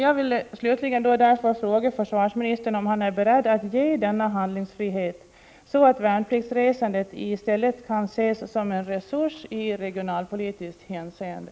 Jag vill därför slutligen fråga försvarsministern om han är beredd att ge en handlingsfrihet, som kan leda till att man ser värnpliktsresandet som en resurs i regionalpolitiskt hänseende.